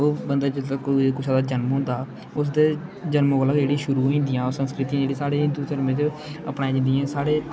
ओह् बंदा जिसलै कोई कुसै दा जन्म होंदा उसदे जन्म कोला जेह्ड़ी शुरू होई जंदियां ओह् संस्कृतियां जेह्ड़ियां साढ़े हिंदू धर्म च अपनाई जंदियां साढ़े